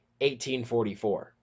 1844